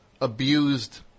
abused